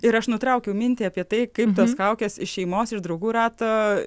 ir aš nutraukiau mintį apie tai kaip tos kaukės iš šeimos iš draugų rato